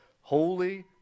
Holy